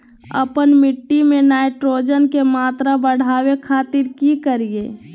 आपन मिट्टी में नाइट्रोजन के मात्रा बढ़ावे खातिर की करिय?